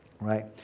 right